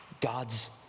God's